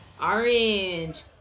Orange